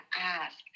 ask